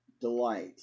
delight